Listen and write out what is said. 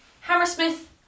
Hammersmith